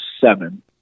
seven